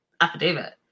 affidavit